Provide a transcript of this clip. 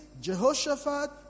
Jehoshaphat